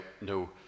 no